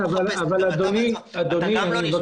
אבל אדוני, אתה